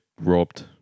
robbed